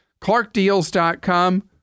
ClarkDeals.com